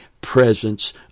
presence